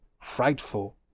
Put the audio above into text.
frightful